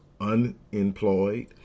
unemployed